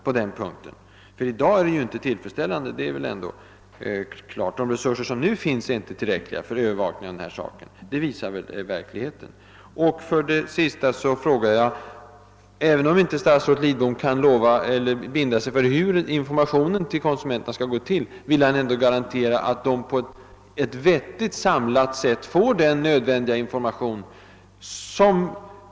Att förhållandena i dag inte är tillfredsställande står klart. De resurser som nu finns är inte tillräckliga för en övervakning; det visar verkligheten. Till sist frågade jag: Även om inte statsrådet Lidbom kan binda sig för hur informationen till konsumenterna skall gå till, vill han ändå garantera att konsumenterna på ett praktiskt och vettigt samlat sätt får den nödvändiga informationen?